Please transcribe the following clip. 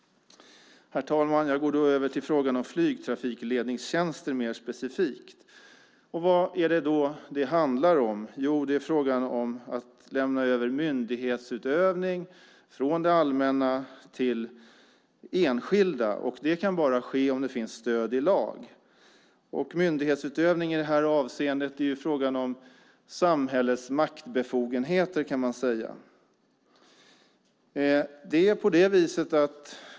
Herr talman! Jag går över till frågan om flygtrafikledningstjänster mer specifikt. Vad handlar det då om? Jo, det är frågan om att lämna över myndighetsutövning från det allmänna till enskilda. Det kan bara ske om det finns stöd i lag. Myndighetsutövning i det här avseendet är frågan om samhällets maktbefogenheter, kan man säga.